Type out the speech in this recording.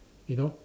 you know